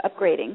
upgrading